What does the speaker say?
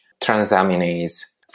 transaminase